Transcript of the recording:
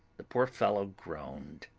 the poor fellow groaned.